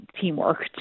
teamwork